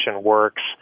works